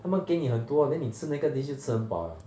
他们给你很多 then 你吃那个 dish 就吃很饱了